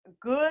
good